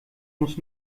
muss